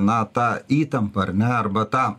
na ta įtampa ar ne arba ta